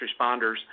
responders